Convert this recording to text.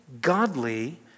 Godly